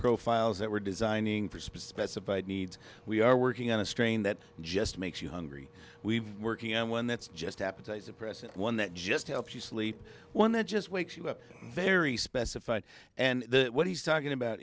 profiles that we're designing for specific needs we are working on a strain that just makes you hungry we've been working on one that's just appetite suppressant one that just helps you sleep one that just wakes you up very specified and what he's talking about